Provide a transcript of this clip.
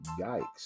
Yikes